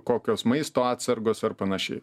kokios maisto atsargos ar panašiai